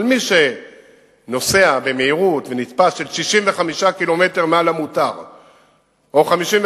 אבל מי שנוסע במהירות של 65 ק"מ מעל המותר ונתפס,